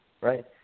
Right